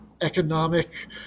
economic